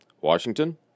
Washington